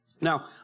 Now